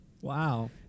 Wow